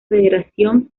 federación